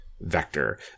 vector